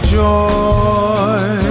joy